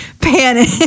panic